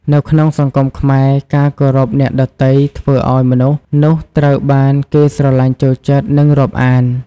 នៅក្នុងសង្គមខ្មែរ ការគោរពអ្នកដទៃធ្វើឲ្យមនុស្សនោះត្រូវបានគេស្រឡាញ់ចូលចិត្ត និងរាប់អាន។